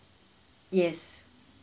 yes